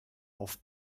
auf